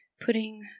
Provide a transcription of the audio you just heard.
putting